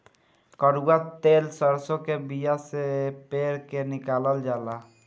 कड़ुआ तेल सरसों के बिया से पेर के निकालल जाला